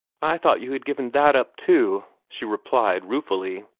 i thought you had given that up, too! she replied ruefully.